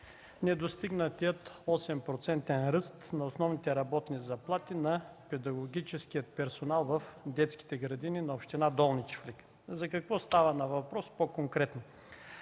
недостигнатия 8-процентен ръст на основните работни заплати на педагогическия персонал в детските градини на община Долни чифлик. За какво става въпрос по-конкретно.